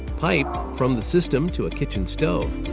pipe from the system to a kitchen stove,